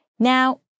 Now